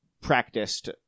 practiced